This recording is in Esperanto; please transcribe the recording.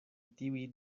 tiuj